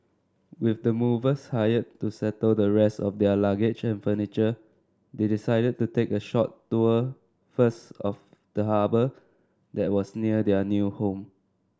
with the movers hired to settle the rest of their luggage and furniture they decided to take a short tour first of the harbour that was near their new home